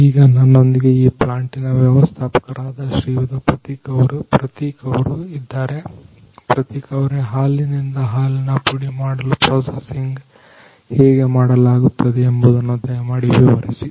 ಈಗ ನನ್ನೊಂದಿಗೆ ಈ ಪ್ಲಾಂಟಿನ ವ್ಯವಸ್ಥಾಪಕರಾದ ಶ್ರೀಯುತ ಪ್ರತೀಕ್ ಅವರು ಇದ್ದಾರೆ ಪ್ರತೀಕ್ ಅವರೇ ಹಾಲಿನಿಂದ ಹಾಲಿನ ಪುಡಿ ಮಾಡಲು ಪ್ರೊಸೆಸಿಂಗ್ ಹೇಗೆ ಮಾಡಲಾಗುತ್ತದೆ ಎಂಬುದನ್ನು ದಯಮಾಡಿ ವಿವರಿಸಿ